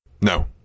No